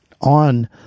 on